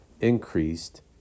increased